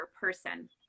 person